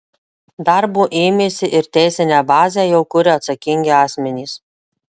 darbo ėmėsi ir teisinę bazę jau kuria atsakingi asmenys